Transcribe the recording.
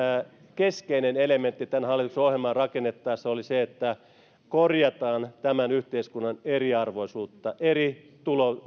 keskeinen elementti tämän hallituksen ohjelmaa rakennettaessa oli se että korjataan tämän yhteiskunnan eriarvoisuutta eri